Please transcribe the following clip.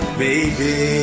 baby